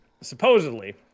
supposedly